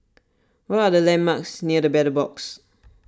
what are the landmarks near the Battle Box